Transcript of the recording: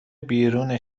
بیرون